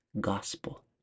gospel